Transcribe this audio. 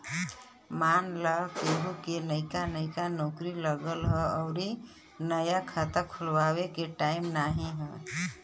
मान ला केहू क नइका नइका नौकरी लगल हौ अउर नया खाता खुल्वावे के टाइम नाही हौ